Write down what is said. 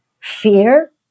fear